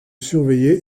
surveiller